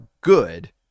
good